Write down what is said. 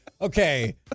Okay